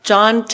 John